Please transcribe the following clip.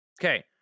Okay